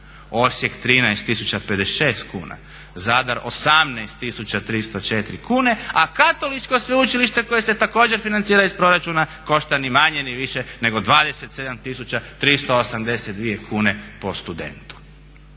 Osijek 13.056 kuna, Zadar 18.304 kune, a Katoličko sveučilište koje se također financira iz proračuna košta ni manje ni više nego 27.382 kune po studentu.